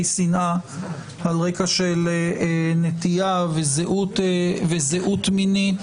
שנאה על רקע של נטייה וזהות מינית.